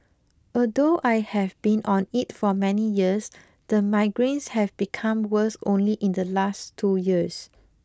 although I have been on it for many years the migraines have become worse only in the last two years